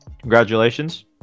Congratulations